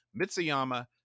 Mitsuyama